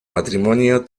matrimonio